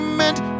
meant